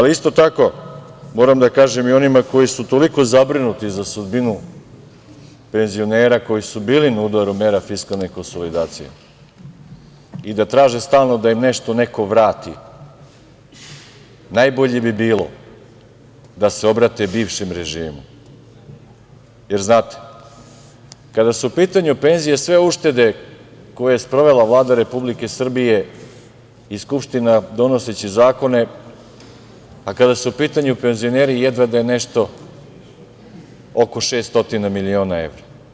Isto tako, moram da kažem i onima koji su toliko zabrinuti za sudbinu penzionera koji su bili na udaru mera fiskalne konsolidacije i traže stalno da im neko nešto vrati, najbolje bi bilo da se obrate bivšem režimu, jer znate, kada su u pitanju penzije sve uštede koje je sprovela Vlada Republike Srbije i Skupština donoseći zakone, a kada su u pitanju penzioneri, jedva da je nešto oko 600 miliona evra.